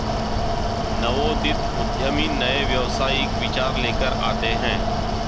नवोदित उद्यमी नए व्यावसायिक विचार लेकर आते हैं